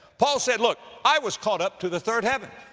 paul said, look i was caught up to the third heaven.